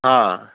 ہاں